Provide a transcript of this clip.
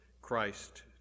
Christ